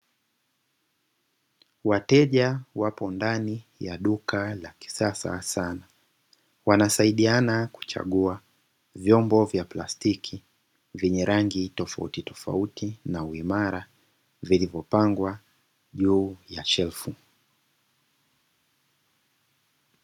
Wateja wapo ndani ya duka la kisasa sana, wanasaidiana kuchagua vyombo vya plastiki vyenye rangi tofautitofauti na uimara vilivyopangwa juu ya shelfu.